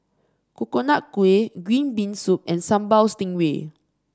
Coconut Kuih Green Bean Soup and Sambal Stingray